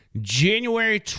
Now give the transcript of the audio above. January